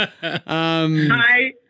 Hi